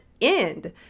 end